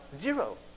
Zero